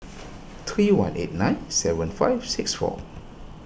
three one eight nine seven five six four